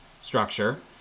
structure